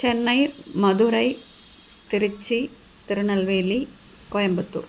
Chennai Madurai Tiruchi Tirunelveli Coimbatore